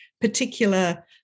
particular